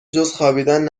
جزخوابیدن